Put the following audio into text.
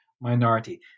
minority